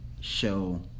show